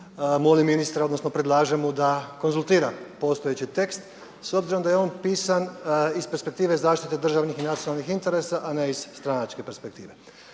molim ministra, odnosno predlažem mu da konzultira postojeći tekst s obzirom da je on pisan iz perspektive zaštite državnih i nacionalnih interesa a ne iz stranačke perspektive.